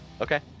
okay